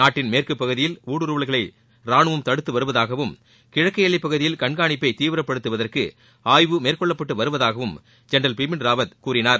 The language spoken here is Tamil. நாட்டின் மேற்குப்பகுதியில் ஊடுருவல்களை ராணுவம் தடுத்து வருவதாகவும் கிழக்கு எல்லைப்பகுதியில் கண்கானிப்பை தீவிரப்படுத்துவதற்கு ஆய்வு மேற்கொள்ளப்பட்டு வருவதாகவும் ஜென்ரல் பிபின்ராவத் கூறினார்